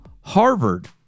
Harvard